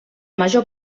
major